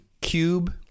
cube